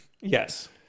Yes